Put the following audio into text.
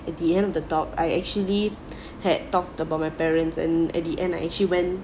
at the end of the talk I actually had talked about my parents and at the end I actually went